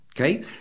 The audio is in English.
okay